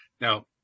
Now